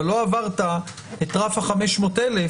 אבל לא עברת את רף ה-500,000,